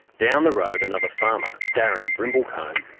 down the road, another farmer, darren brimblecombe,